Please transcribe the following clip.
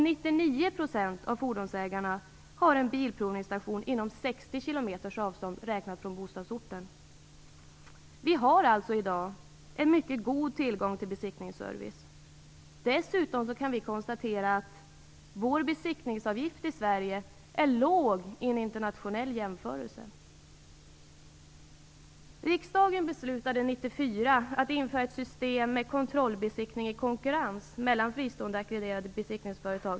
99 % av fordonsägarna har en bilprovningsstation inom 60 kilometers avstånd från bostadsorten. Vi har alltså i dag en mycket god tillgång till besiktningsservice. Dessutom kan vi konstatera att besiktningsavgiften i Sverige är låg i en internationell jämförelse. 1995.